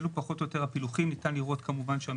אלו פחות או יותר הפילוחים, ניתן לראות שהמשטרה